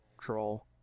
troll